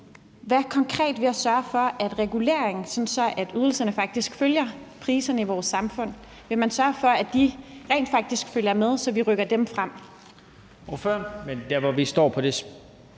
man konkret sørge for, at reguleringen, sådan at ydelserne faktisk følger priserne i vores samfund, rent faktisk følger med, så vi rykker dem frem?